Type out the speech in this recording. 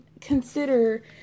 consider